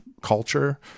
culture